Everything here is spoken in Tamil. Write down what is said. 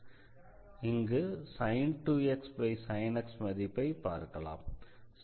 இங்கு sin 2x sin x மதிப்பை பார்க்கலாம்